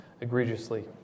egregiously